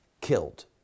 killed